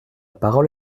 parole